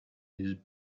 his